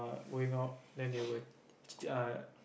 I'm going out anyway uh